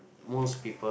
most people